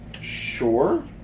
Sure